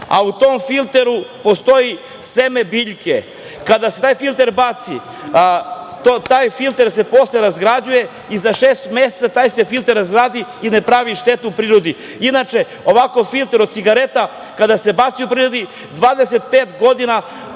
a u tom filteru postoji seme biljke, kada se taj filter baci, taj filter se razgrađuje i za šest meseci se taj filter razradi i ne pravi štetu prirodi. Inače, ovakav filter od cigareta kada se baci u prirodu njemu